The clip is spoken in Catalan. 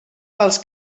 pels